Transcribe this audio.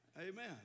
Amen